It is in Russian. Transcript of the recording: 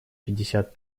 пятьдесят